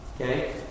Okay